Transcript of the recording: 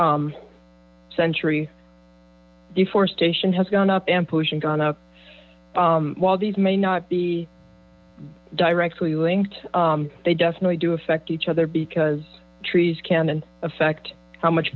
century deforestation has gone up and push gone up while these may not be directly linked they definitely do affect each other because trees can affect how much